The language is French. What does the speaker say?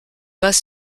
pas